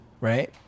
right